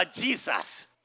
Jesus